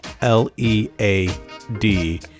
L-E-A-D